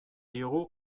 diogu